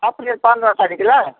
April पन्ध्र तारिख ल